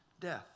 death